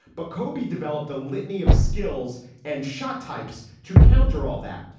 but kobe developed a litany of skills and shot types to counter all that.